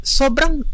sobrang